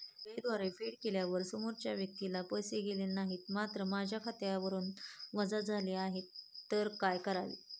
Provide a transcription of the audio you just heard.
UPI द्वारे फेड केल्यावर समोरच्या व्यक्तीला पैसे गेले नाहीत मात्र माझ्या खात्यावरून वजा झाले तर काय करावे?